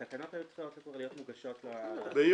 התקנות היו צריכות להיות מוגשות --- ביוני.